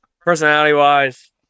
personality-wise